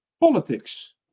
politics